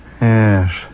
Yes